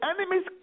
enemies